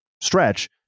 stretch